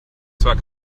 zwar